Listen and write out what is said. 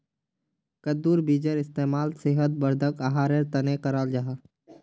कद्दुर बीजेर इस्तेमाल सेहत वर्धक आहारेर तने कराल जाहा